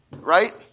right